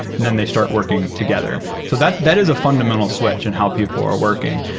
then they start working together. so that that is a fundamental switch in how people are working.